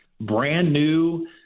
brand-new